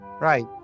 Right